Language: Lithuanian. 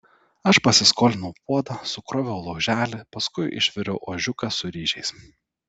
aš pasiskolinau puodą sukroviau lauželį paskui išviriau ožiuką su ryžiais